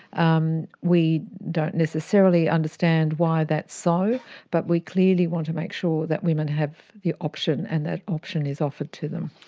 um we don't necessarily understand why that is so but we clearly want to make sure that women have the option and that option is offered to them.